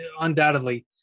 undoubtedly